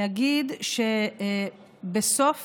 להגיד שבסוף